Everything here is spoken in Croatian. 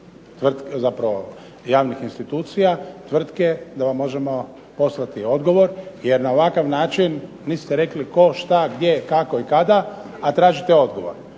popis javnih institucija, tvrtke da vam možemo poslati odgovor jer na ovakav način nit ste rekli tko, šta, gdje, kako i kada, a tražite odgovor.